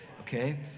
okay